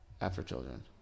after-children